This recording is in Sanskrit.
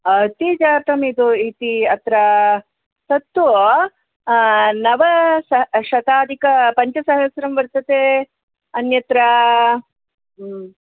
अति जातम् इति अत्र तत्तु नवशताधिकपञ्चसहस्रं वर्तते अन्यत्र